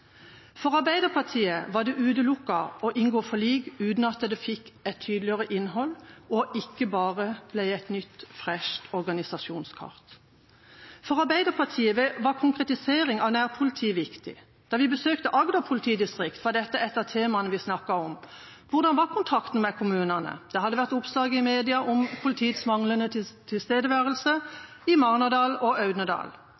For Arbeiderpartiet var det utelukket å inngå forlik uten at den fikk et tydeligere innhold, og ikke bare ble et nytt, fresht organisasjonskart. For Arbeiderpartiet var konkretisering av nærpoliti viktig. Da vi besøkte Agder politidistrikt, var dette et av temaene vi snakket om. Hvordan var kontakten med kommunene? Det hadde vært oppslag i media om politiets manglende tilstedeværelse i Marnardal og Audnedal,